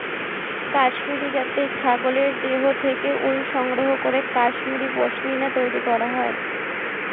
কাশ্মীরি জাতের ছাগলের দেহ থেকে উল সংগ্রহ করে কাশ্মীরি পশ্মিনা তৈরি করা হয়